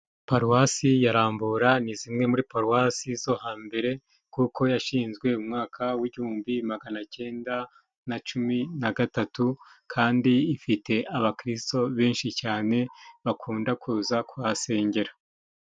Paruwasi ya Rambura ni imwe muri paruwasi zo hambere, kuko yashinzwe umwaka wa igihumbi maganacyenda na cumi na gatatu. Kandi ifite abakirisito benshi cyane bakunda kuza kuhasengera.